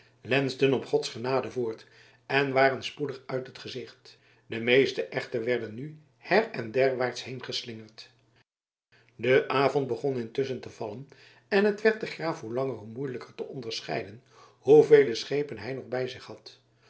lensden op gods genade voort en waren spoedig uit het gezicht de meeste echter werden nu her dan derwaarts heengeslingerd de avond begon intusschen te vallen en het werd den graaf hoe langer hoe moeilijker te onderscheiden hoevele schepen hij nog bij zich had